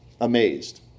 Amazed